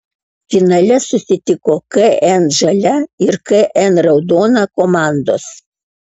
finale susitiko kn žalia ir kn raudona komandos